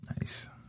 Nice